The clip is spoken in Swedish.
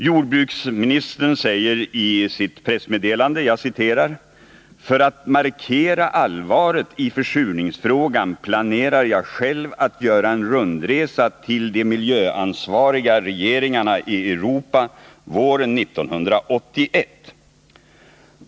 Jordbruksministern säger i sitt pressmeddelande: För att markera allvaret i försurningsfrågan planerar jag själv att göra en rundresa till de miljöansvariga regeringarna i Europa våren 1981.